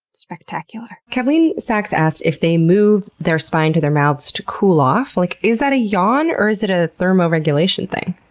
spectacular. kathleen sachs asked if they move their spines to their mouths to cool off? like is that a yawn or is that a thermoregulation thing?